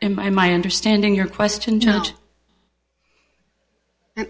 in my my understanding your question j